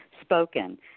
spoken